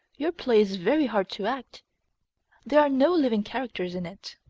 your play is very hard to act there are no living characters in it.